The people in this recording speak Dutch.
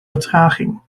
vertraging